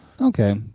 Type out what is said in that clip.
Okay